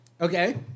Okay